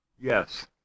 Yes